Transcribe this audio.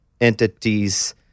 entities